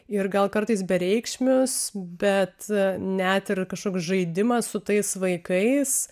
ir gal kartais bereikšmius bet net ir kažkoks žaidimas su tais vaikais